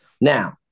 Now